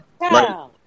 Right